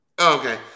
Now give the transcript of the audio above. okay